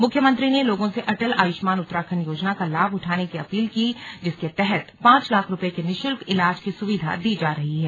मुख्यमंत्री ने लोगों से अटल आयुष्मान उत्तराखंड योजना का लाभ उठाने की अपील की जिसके तहत पांच लाख रूपये के निशुल्क ईलाज की सुविधा दी जा रही है